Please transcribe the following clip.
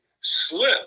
slip